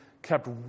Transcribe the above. kept